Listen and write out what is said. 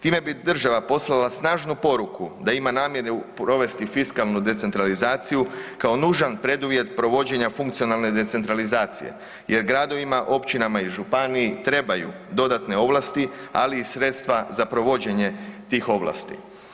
Time bi država poslala snažnu poruku da ima namjeru provesti fiskalnu decentralizaciju kao nužan preduvjet provođenja funkcionalne decentralizacije jer gradovima, općinama i županiji trebaju dodatne ovlasti ali i sredstva za provođenje tih ovlasti.